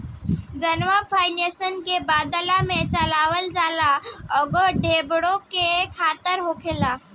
जवना पइसा के बदल के चलावल जाला ओके डूबे के खतरा होला